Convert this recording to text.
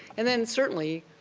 and, then, certainly,